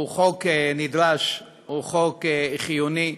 הוא חוק נדרש והוא חוק חיוני,